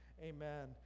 Amen